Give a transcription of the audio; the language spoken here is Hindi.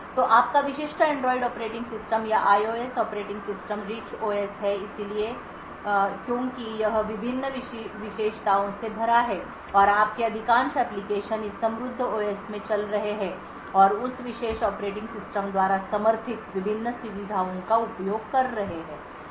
तो आपका विशिष्ट एंड्रॉइड ऑपरेटिंग सिस्टम या IOS operating system rich OS है इसलिए हम इसे रिच ओएस कहते हैं क्योंकि यह विभिन्न विशेषताओं से भरा है और आपके अधिकांश एप्लिकेशन इस समृद्ध ओएस में चल रहे हैं और उस विशेष ऑपरेटिंग सिस्टम द्वारा समर्थित विभिन्न सुविधाओं का उपयोग कर रहे हैं